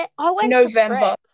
November